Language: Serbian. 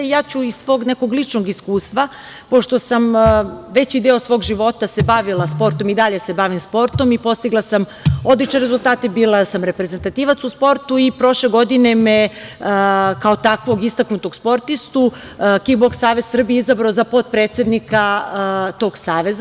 Iz svog nekog ličnog iskustva ću, pošto sam veći deo svog života se bavila sportom, i dalje se bavim sportom, i postigla sam odlične rezultate, bila sam reprezentativac u sportu, i prošle godine me kao takvog istaknutog sportistu Kik boks savez Srbije izabrao za potpredsednika tog saveza.